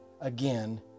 again